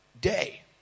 day